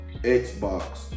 Xbox